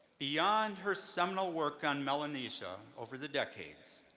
beyond her seminal work on melanesia over the decades,